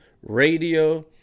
radio